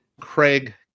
Craig